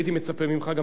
אני לא ראיתי את זה,